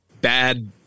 bad